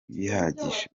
bihagije